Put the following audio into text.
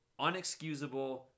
unexcusable